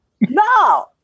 No